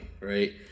Right